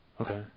Okay